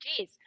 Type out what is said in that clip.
Jeez